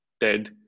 dead